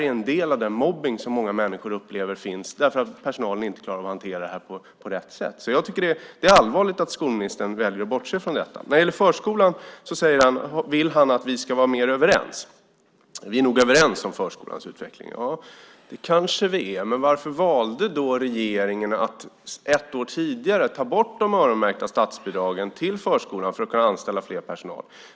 Här finns en del av den mobbning som många människor upplever finns därför att personalen inte klarar av att hantera den på rätt sätt. Jag tycker att det är allvarligt att skolministern väljer att bortse från detta. Vad gäller förskolan vill han att vi ska vara mer överens. Han säger att vi nog är överens om förskolans utveckling. Ja, det kanske vi är. Men varför valde då regeringen att ett år tidigare ta bort de öronmärkta statsbidragen till förskolorna för att de skulle kunna anställa mer personal?